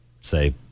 say